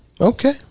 Okay